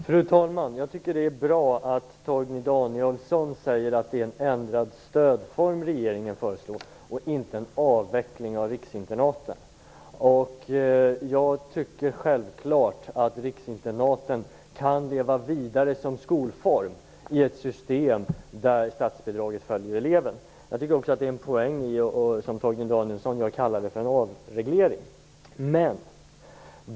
Fru talman! Det är bra att Torgny Danielsson säger att det är en ändrad stödform som regeringen föreslår, inte en avveckling av riksinternaten. Självklart tycker jag att riksinternaten kan leva vidare som skolform i ett system där statsbidraget följer eleven. Det är också en poäng i det som Torgny Danielsson kallar för en avreglering.